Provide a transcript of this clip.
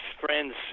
friends